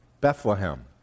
Bethlehem